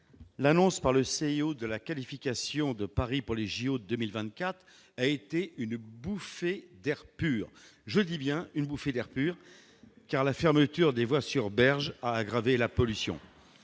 l'annonce par le CIO de la qualification de Paris pour les JO 2024 a été une bouffée d'air pur, je dis bien une bouffée d'air pur, car la fermeture des voies sur berge à aggraver la pollution